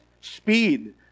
Speed